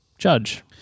Judge